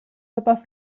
sopa